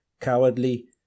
cowardly